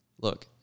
look